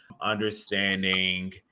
Understanding